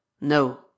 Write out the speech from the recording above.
No